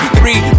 Three